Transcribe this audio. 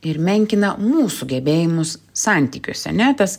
ir menkina mūsų gebėjimus santykiuose a ne tas